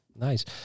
Nice